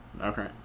Okay